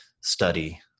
study